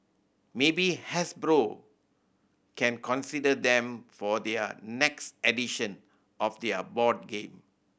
maybe Hasbro can consider them for their next edition of their board game